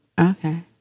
Okay